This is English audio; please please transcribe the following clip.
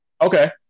okay